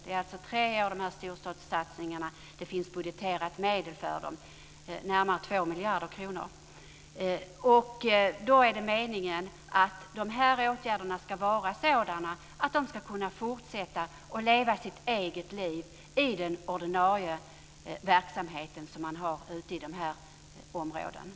Det är alltså tre av de här storstadssatsningarna, och det finns närmare 2 miljarder kronor budgeterat i medel för dem. Det är meningen att dessa åtgärder ska vara sådana att de ska kunna fortsätta och leva sitt eget liv i den ordinarie verksamhet som man har ute i de här områdena.